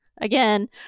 again